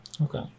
Okay